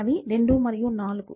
అవి 2 మరియు 4